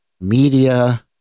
media